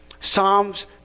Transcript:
Psalms